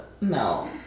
no